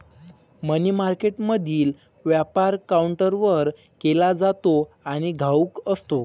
मनी मार्केटमधील व्यापार काउंटरवर केला जातो आणि घाऊक असतो